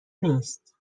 نیست